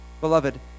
Beloved